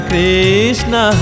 Krishna